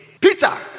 Peter